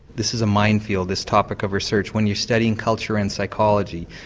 this is a minefield, this topic of research when you're studying culture and psychology,